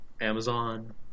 Amazon